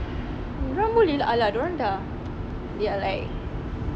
diorang boleh alah diorang dah they are like